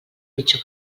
pitjor